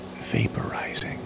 vaporizing